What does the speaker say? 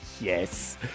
yes